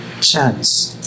chance